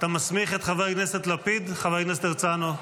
אתה מסמיך את חבר הכנסת לפיד, חבר הכנסת הרצנו?